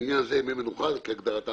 לעניין זה, ימי מנוחה, כהגדרתם